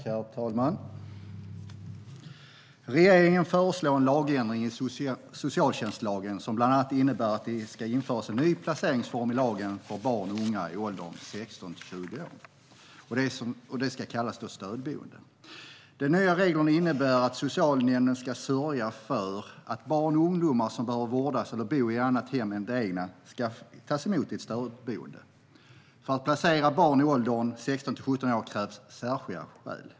Herr talman! Regeringen föreslår en ändring i socialtjänstlagen som bland annat innebär att det i lagen ska införas en ny placeringsform för barn och unga i åldern 16-20 år, och det ska kallas för stödboende. De nya reglerna innebär att socialnämnden ska sörja för att barn och ungdomar som behöver vårdas eller bo i ett annat hem än det egna ska tas emot i ett stödboende. För att placera barn i åldern 16-17 år krävs särskilda skäl.